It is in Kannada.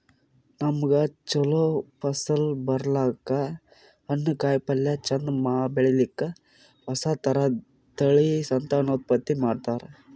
ನಮ್ಗ್ ಛಲೋ ಫಸಲ್ ಬರ್ಲಕ್ಕ್, ಹಣ್ಣ್, ಕಾಯಿಪಲ್ಯ ಚಂದ್ ಬೆಳಿಲಿಕ್ಕ್ ಹೊಸ ಥರದ್ ತಳಿ ಸಂತಾನೋತ್ಪತ್ತಿ ಮಾಡ್ತರ್